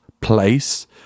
place